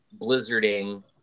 blizzarding